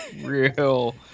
real